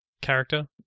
character